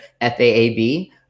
faab